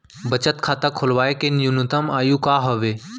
बचत खाता खोलवाय के न्यूनतम आयु का हवे?